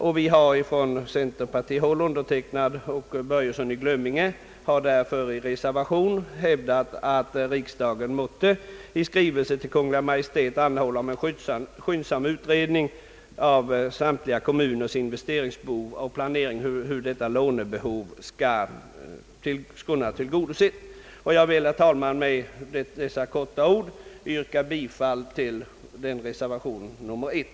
Därför har jag jämte herr Börjesson i Glömminge i reservation hävdat, att riksdagen måtte i skrivelse till Kungl. Maj:t anhålla om skyndsam utredning av kommunernas investeringsbehov samt hur därvid uppkommande lånebehov skall kunna tillgodoses. Jag vill, herr talman, med deita korta anförande yrka bifall till reservation nr 1.